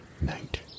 night